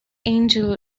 angel